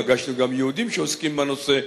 פגשנו גם יהודים שעוסקים בנושא.